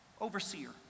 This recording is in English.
overseer